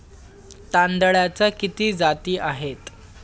तांदळाच्या किती जाती आहेत?